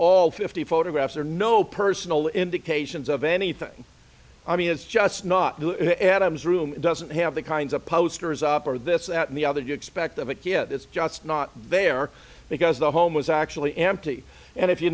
all fifty photographs or no personal indications of anything i mean it's just not adam's room it doesn't have the kinds of posters up or this that and the other you expect of a kid that's just not there because the home was actually empty and if you